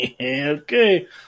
okay